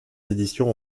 éditions